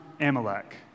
Amalek